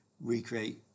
recreate